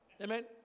Amen